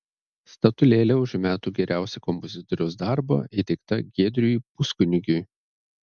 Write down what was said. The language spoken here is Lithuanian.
statulėlė už metų geriausią kompozitoriaus darbą įteikta giedriui puskunigiui